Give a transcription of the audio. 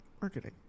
Marketing